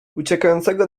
uciekającego